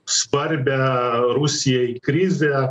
svarbią rusijai krizę